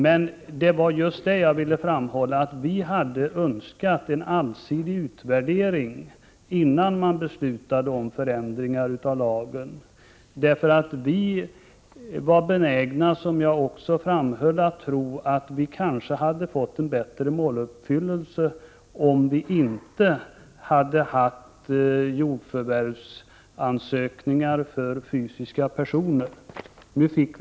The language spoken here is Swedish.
Men det var just det jag ville framhålla, dvs. att folkpartiet hade önskat en allsidig utvärdering innan beslut om förändringar i lagen fattades. Vi var benägna, som jag också framhöll, att tro att en bättre måluppfyllelse hade nåtts om jordförvärvsansökningar för fysiska personer inte behövts.